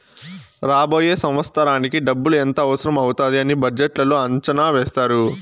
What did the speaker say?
రాబోయే సంవత్సరానికి డబ్బులు ఎంత అవసరం అవుతాది అని బడ్జెట్లో అంచనా ఏత్తారు